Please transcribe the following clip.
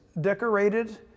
decorated